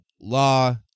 law